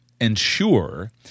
ensure